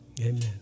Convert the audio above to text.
Amen